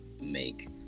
make